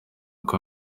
uko